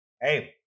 Hey